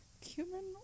cumin